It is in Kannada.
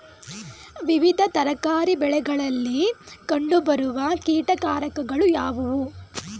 ವಿವಿಧ ತರಕಾರಿ ಬೆಳೆಗಳಲ್ಲಿ ಕಂಡು ಬರುವ ಕೀಟಕಾರಕಗಳು ಯಾವುವು?